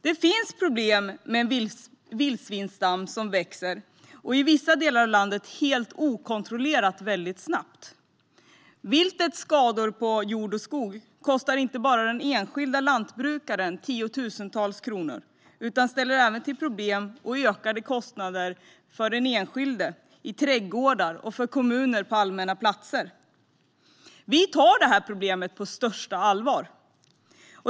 Det finns problem med en vildsvinsstam som växer, i vissa delar av landet snabbt och helt okontrollerat. Viltets skador på jord och skog kostar den enskilde lantbrukaren tiotusentals kronor och ställer till problem och ökade kostnader även för den enskilde i trädgårdar och för kommuner på allmänna platser. Vi i Alliansen tar det här problemet på största allvar.